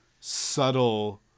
subtle